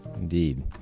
Indeed